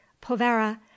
Povera